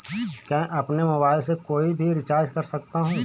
क्या मैं अपने मोबाइल से कोई भी रिचार्ज कर सकता हूँ?